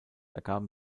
ergaben